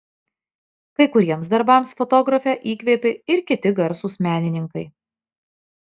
kai kuriems darbams fotografę įkvėpė ir kiti garsūs menininkai